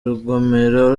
rugomero